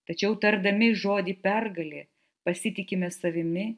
tačiau tardami žodį pergalė pasitikime savimi